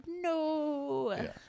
no